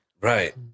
Right